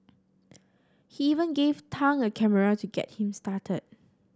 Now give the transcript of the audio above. he even gave Tang a camera to get him started